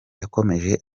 yakomeje